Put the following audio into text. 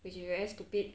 which is very stupid